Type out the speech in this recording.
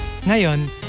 Ngayon